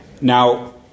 Now